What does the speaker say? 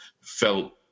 felt